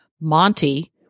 Monty